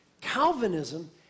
Calvinism